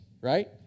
right